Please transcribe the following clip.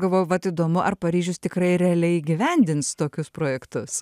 galvoju vat įdomu ar paryžius tikrai realiai įgyvendins tokius projektus